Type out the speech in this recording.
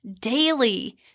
daily